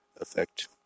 effect